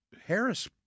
Harris